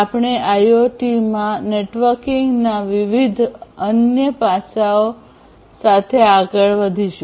આપણે આઇઓટીમાં નેટવર્કિંગના વિવિધ અન્ય પાસાંઓ સાથે આગળ વધારીશું